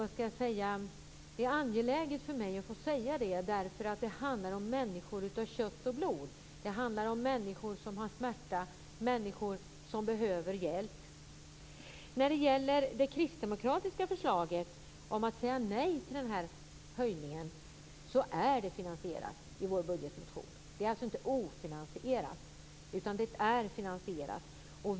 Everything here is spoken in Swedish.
Det angeläget för mig att få säga det. Det handlar om människor av kött och blod, människor som har smärta och människor som behöver hjälp. Det kristdemokratiska förslaget om att säga nej till höjningen är finansierat i vår budgetmotion. Det är alltså inte ofinansierat, utan det är finansierat.